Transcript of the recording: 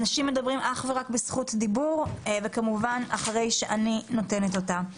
אנשים ידברו אך ורק כשהם בזכות דיבור וכמובן אחרי שאני נותנת אותה.